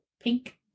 Pink